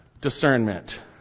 discernment